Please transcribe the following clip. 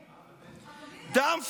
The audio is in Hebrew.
אדוני,